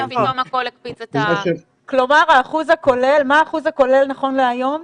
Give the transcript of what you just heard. ופתאום הכול הקפיץ את --- מה האחוז הכולל נכון להיום?